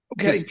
okay